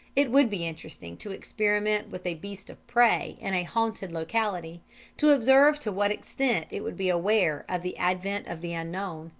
it would be interesting to experiment with a beast of prey in a haunted locality to observe to what extent it would be aware of the advent of the unknown,